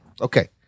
okay